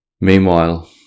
Meanwhile